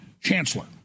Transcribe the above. chancellor